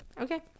Okay